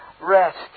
rest